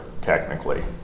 technically